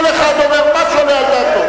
כל אחד אומר מה שעולה על דעתו.